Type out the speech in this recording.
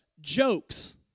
jokes